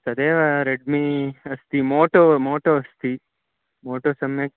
तदेव रेड्मी अस्ति Moto Moto अस्ति मोटो सम्यक्